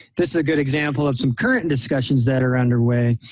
this is a good example of some current and discussions that are underway